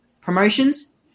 promotions